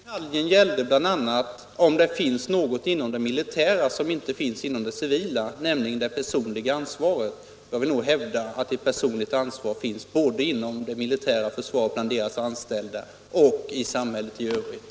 Herr talman! Den detaljen gällde bl.a. om det finns något inom det militära som inte finns inom det civila, nämligen det personliga ansvaret. Jag vill hävda att ett personligt ansvar finns både bland de anställda i det militära försvaret och i samhället i övrigt.